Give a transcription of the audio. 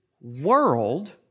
world